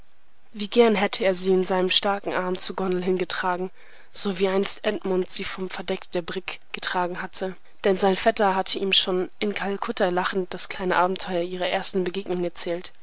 wie gern hätte er sie in seinen starken armen zur gondel hingetragen so wie einst edmund sie vom verdeck der brigg getragen hatte denn sein vetter hatte ihm schon in kalkutta lachend das kleine abenteuer ihrer ersten begegnung erzählt